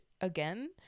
again